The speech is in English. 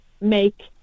make